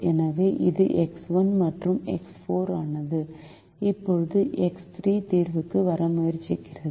எனவே இது எக்ஸ் 1 மற்றும் எக்ஸ் 4 ஆனது இப்போது எக்ஸ் 3 தீர்வுக்கு வர முயற்சிக்கிறது